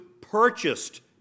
purchased